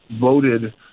voted